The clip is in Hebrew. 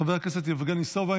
חבר הכנסת יבגני סובה,